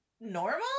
normal